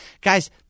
guys